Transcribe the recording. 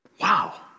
Wow